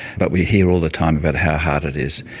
but we hear all the time about how hard it is.